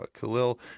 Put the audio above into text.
Khalil